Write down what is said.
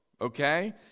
Okay